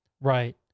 Right